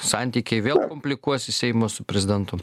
santykiai vėl komplikuosis seimo su prezidentu